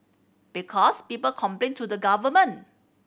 because people complain to the government